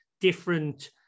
different